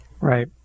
Right